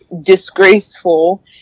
disgraceful